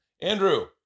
Andrew